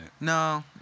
No